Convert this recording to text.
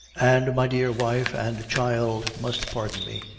and my dear wife and child must pardon me,